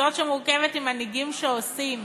כזאת שמורכבת ממנהיגים שעושים